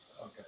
okay